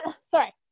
Sorry